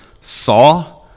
saw